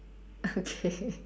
okay